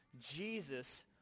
Jesus